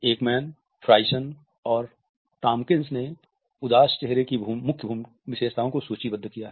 Ekman Friesen और Tomkins ने उदास चेहरे की मुख्य विशेषताओं को सूचीबद्ध किया है